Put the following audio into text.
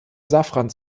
safran